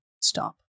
stop